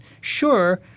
Sure